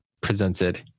presented